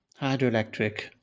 hydroelectric